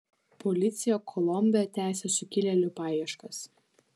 policija kolombe tęsia sukilėlių paieškas